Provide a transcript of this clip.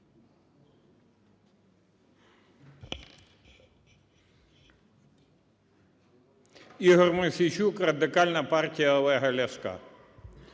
Ігор Мосійчук, Радикальна партія Олега Ляшка.